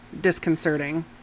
disconcerting